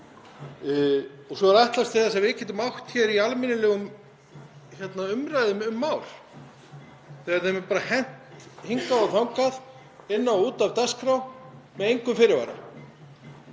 Svo er ætlast til að við getum átt hér í almennilegum umræðum um mál þegar þeim er bara hent hingað og þangað inn og út af dagskrá með engum fyrirvara.